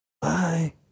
Bye